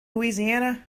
louisiana